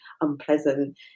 unpleasant